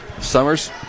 Summers